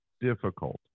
difficult